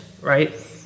right